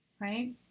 right